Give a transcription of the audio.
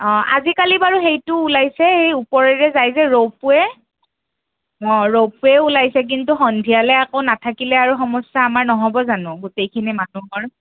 অঁ আজিকালি বাৰু সেইটো ওলাইছে সেই ওপৰেৰে যায় যে ৰ'প ৱে অঁ ৰ'প ৱে ওলাইছে কিন্তু সন্ধিয়ালৈ আকৌ নাথাকিলে আৰু সমস্যা আমাৰ নহ'ব জানো গোটেইখিনি মানুহৰ